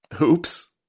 Oops